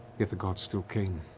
yet the gods still came,